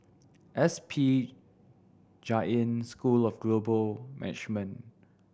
S P Jain School of Global Management